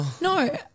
No